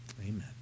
Amen